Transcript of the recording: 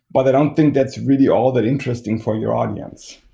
but i don't think that's really all that interesting for your audience.